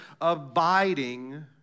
abiding